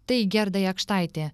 tai gerda jakštaitė